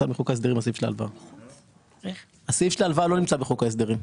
של ההלוואה לא נמצא בחוק ההסדרים.